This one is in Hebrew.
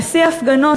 בשיא ההפגנות,